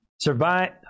survive